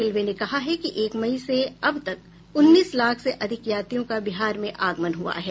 railway ने कहा है कि एक मई से अब तक उन्नीस लाख से अधिक यात्रियों का बिहार में आगमन हुआ है